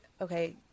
okay